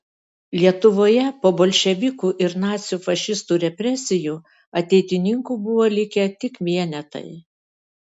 lietuvoje po bolševikų ir nacių fašistų represijų ateitininkų buvo likę tik vienetai